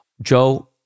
Joe